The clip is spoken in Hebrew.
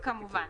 כמובן.